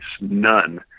none